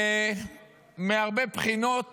ומהרבה בחינות